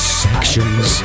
sections